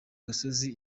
gasozi